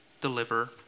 deliver